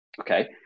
okay